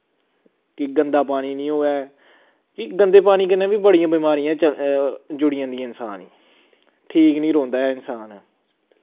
कि गंदा पानी निं होऐ कि गंदे पानी कन्नै बी बड़ियां बमारियां च जुड़ी जन्दियां इंसान गी ठीक निं रौंहदा ऐ इंसान